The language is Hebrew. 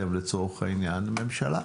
לצורך העניין, אתם הממשלה.